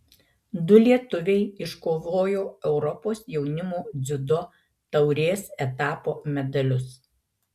du lietuviai iškovojo europos jaunimo dziudo taurės etapo medalius